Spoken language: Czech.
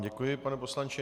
Děkuji vám, pane poslanče.